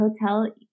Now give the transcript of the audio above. hotel